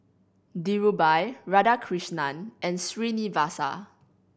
Dhirubhai Radhakrishnan and Srinivasa